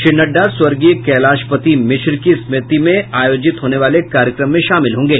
श्री नड़डा स्वर्गीय कैलाशपति मिश्र की स्मृति में आयोजित होने वाले कार्यक्रम में शामिल होंगे